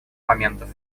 моментов